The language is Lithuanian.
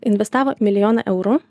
investavo milijoną eurų